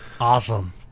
Awesome